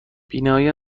بینایی